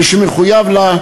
מי שמחויב לה,